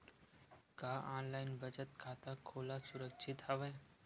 का ऑनलाइन बचत खाता खोला सुरक्षित हवय?